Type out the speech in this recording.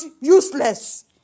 useless